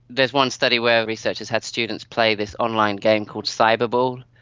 there's one study where researchers had students play this online game called cyber ball,